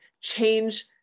change